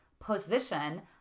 position